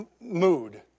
mood